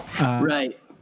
right